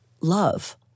love